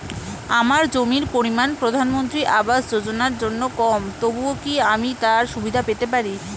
আমার জমির পরিমাণ প্রধানমন্ত্রী আবাস যোজনার জন্য কম তবুও কি আমি তার সুবিধা পেতে পারি?